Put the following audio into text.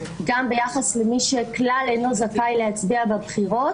גם ביחס למי שכלל אינו זכאי להצביע בבחירות.